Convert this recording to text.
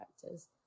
characters